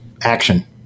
action